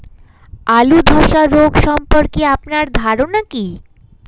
আলু ধ্বসা রোগ সম্পর্কে আপনার ধারনা কী?